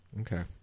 Okay